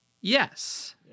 Yes